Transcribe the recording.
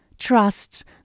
Trust